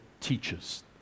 teaches